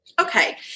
Okay